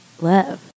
love